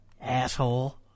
Asshole